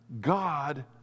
God